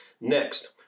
next